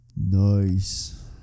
Nice